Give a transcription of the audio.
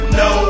no